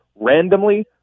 randomly